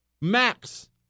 max